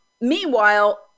Meanwhile